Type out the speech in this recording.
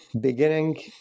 Beginning